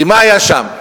כי מה היה שם?